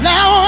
Now